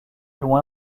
loin